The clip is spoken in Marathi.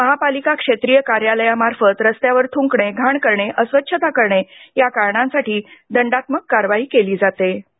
महापालिका क्षेत्रीय कार्यालयामार्फत रस्त्यावर थुंकणे घाण करणे अस्वच्छता करणे या कारणासाठी दंडात्मक कारवाई केली जाते